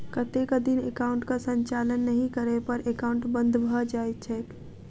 कतेक दिन एकाउंटक संचालन नहि करै पर एकाउन्ट बन्द भऽ जाइत छैक?